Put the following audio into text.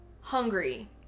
hungry